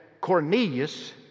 Cornelius